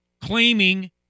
claiming